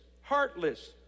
heartless